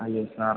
അയ്യോ സാർ